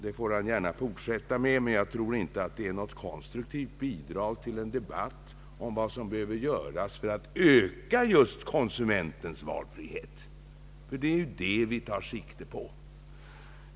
Han får gärna fortsätta, men jag tror inte att det är något konstruktivt bidrag till en debatt om vad som behöver göras för att öka konsumentens valfrihet, ty det är ju vad vi tar sikte på.